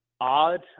odd